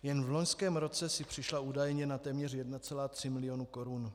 Jen v loňském roce si přišla údajně na téměř 1,3 milionu korun.